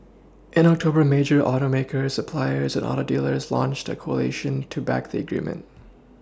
in October major Automakers suppliers Auto dealers launched the coalition to back the agreement